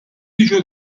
jiġu